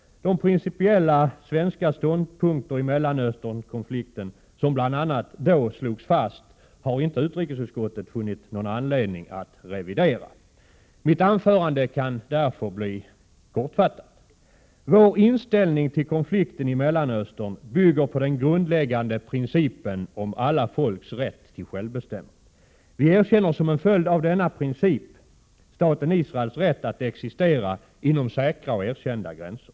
De principiella svenska ståndpunkter i Mellanösternkonflikten som bl.a. då slogs fast har inte utrikesutskottet funnit någon anledning att revidera. Mitt anförande kan därför bli kortfattat. Vår inställning till konflikten i Mellanöstern bygger på den grundläggande principen om alla folks rätt till självbestämmande. Vi erkänner som en följd av denna princip staten Israels rätt att existera inom säkra och erkända gränser.